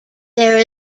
there